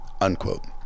Unquote